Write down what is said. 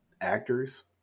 actors